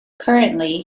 currently